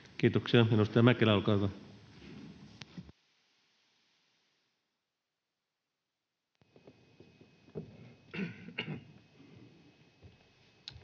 Kiitoksia. Edustaja Mäkelä, olkaa hyvä.